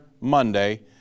Monday